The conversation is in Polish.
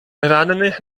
rannych